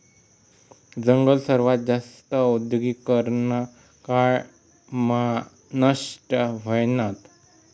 जंगल सर्वात जास्त औद्योगीकरना काळ मा नष्ट व्हयनात